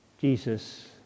Jesus